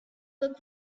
look